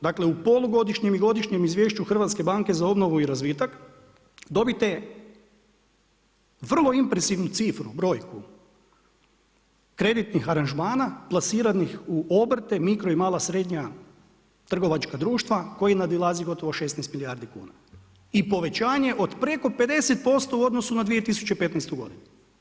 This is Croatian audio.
Dakle u polugodišnjem i godišnjem izvješću Hrvatske banke za obnovu i razvitak dobite vrlo impresivnu cifru, brojku kreditnih aranžmana plasiranih u obrte, mikro i mala srednja trgovačka društva koji nadilazi gotovo 16 milijardi kuna i povećanje od preko 50% u odnosu na 2015. godinu.